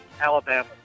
Alabama